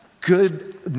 good